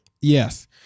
yes